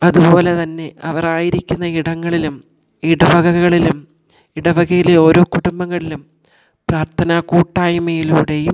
അതുപോലെ തന്നെ അവറായിരിക്കുന്ന ഇടങ്ങളിലും ഇടവകകളിലും ഇടവകയിലെ ഓരോ കുടുംബങ്ങളിലും പ്രാർത്ഥനാ കൂട്ടായ്മയിലൂടേയും